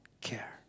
care